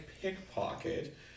pickpocket